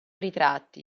ritratti